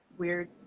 weird